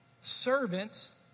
servants